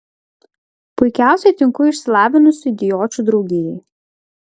puikiausiai tinku išsilavinusių idiočių draugijai